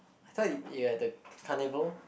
I thought you you had the carnival